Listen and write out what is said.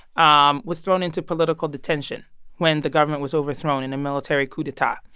um was thrown into political detention when the government was overthrown in a military coup d'etat.